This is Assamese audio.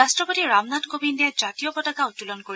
ৰাষ্ট্ৰপতি ৰামনাথ কোবিন্দে জাতীয় পতাকা উত্তোলন কৰিব